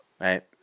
Right